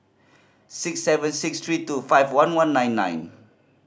six seven six three two five one one nine nine